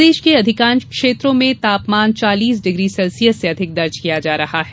प्रदेश के अधिकांश क्षेत्रों में तापमान चालीस डिग्री सेल्सियस से अंधिक दर्ज किया जा रहा है